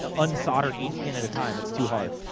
ah unsolder each pin at time. it's too hard.